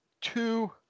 two